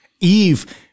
Eve